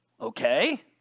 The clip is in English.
okay